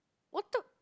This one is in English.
what the